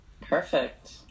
Perfect